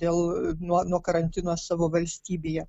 dėl nuo nuo karantino savo valstybėje